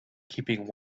keeping